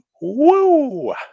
Woo